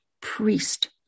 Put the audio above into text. priest